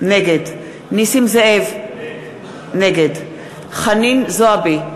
נגד נסים זאב, נגד חנין זועבי,